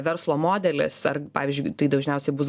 verslo modelis ar pavyzdžiui tai dažniausiai bus